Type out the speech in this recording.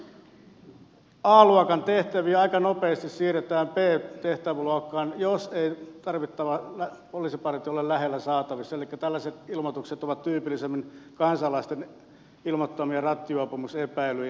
sen lisäksi a luokan tehtäviä aika nopeasti siirretään b tehtäväluokkaan jos ei tarvittava poliisipartio ole lähellä saatavissa elikkä tällaiset ilmoitukset ovat tyypillisimmin kansalaisten ilmoittamia rattijuopumusepäilyjä